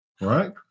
right